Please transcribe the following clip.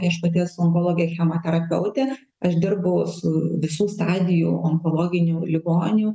tai aš pati esu onkologė chemoterapeutė ten aš dirbau su visų stadijų onkologinių ligonių